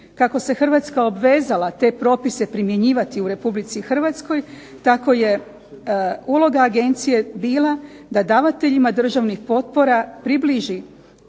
Kako se Hrvatska obvezala te propise primjenjivati u RH tako je uloga agencije bila da davateljima državnih potpora približi